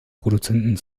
produzenten